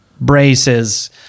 braces